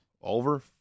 Over